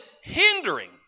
hindering